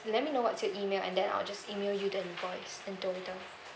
let me know what's your email and then I will just email you the invoice in total